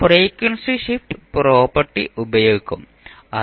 frequency shift property ഉപയോഗിക്കും അത്